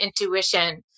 intuition